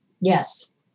yes